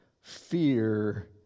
fear